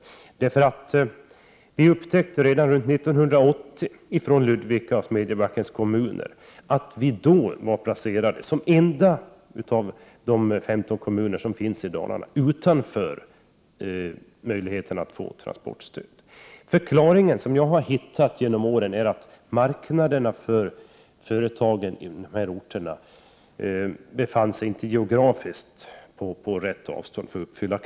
Jag tror att det var 1980 som vi i Ludvika och Smedjebackens kommuner upptäckte att vi var de enda av Dalarnas kommuner som inte hade möjligheter att få transportstöd. Den förklaring som jag kunnat finna under årens lopp är att det geografiska avståndet när det gäller marknaderna för företagen på dessa orter gjorde att ställda krav inte kunde uppfyllas.